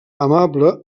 amable